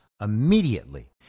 immediately